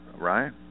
Right